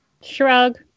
shrug